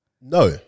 No